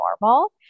normal